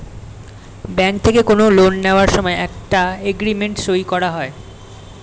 bank থেকে কোনো loan নেওয়ার সময় একটা এগ্রিমেন্ট সই করা হয়